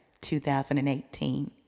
2018